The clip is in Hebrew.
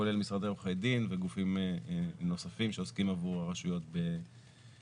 כולל משרדי עורכי דין וגופים נוספים שעוסקים עבור הרשויות בגבייה.